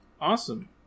Awesome